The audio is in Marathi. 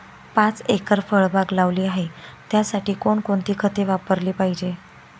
पाच एकर फळबाग लावली आहे, त्यासाठी कोणकोणती खते वापरली पाहिजे?